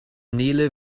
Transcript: nele